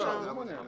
לא, זה לא מונע.